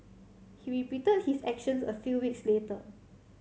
he repeated his actions a few weeks later